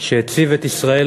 שהציב את ישראל,